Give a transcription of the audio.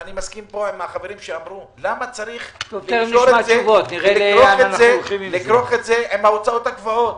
אני מסכים פה עם החברים שאמרו למה צריך לכרוך את זה עם ההוצאות הקבועות.